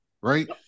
right